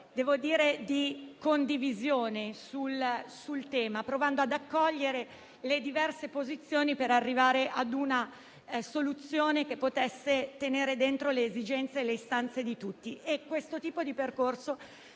lavoro di condivisione sul tema, provando ad accogliere le diverse posizioni per arrivare a una soluzione che potesse contemplare le esigenze e le istanze di tutti. Questo tipo di percorso